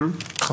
אז